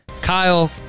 Kyle